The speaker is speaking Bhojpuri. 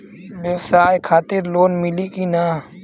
ब्यवसाय खातिर लोन मिली कि ना?